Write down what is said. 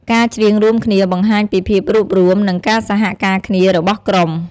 ការច្រៀងរួមគ្នាបង្ហាញពីភាពរួបរួម និងការសហការគ្នារបស់ក្រុម។